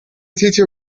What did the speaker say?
teacher